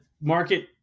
market